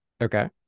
Okay